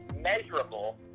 measurable